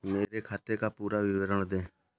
मेरे खाते का पुरा विवरण दे?